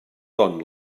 ton